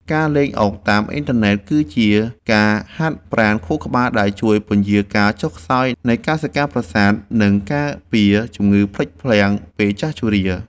ការលេងអុកតាមអ៊ីនធឺណិតគឺជាការហាត់ប្រាណខួរក្បាលដែលជួយពន្យារការចុះខ្សោយនៃកោសិកាប្រសាទនិងការពារជំងឺភ្លេចភ្លាំងពេលចាស់ជរា។